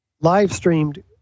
live-streamed